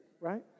right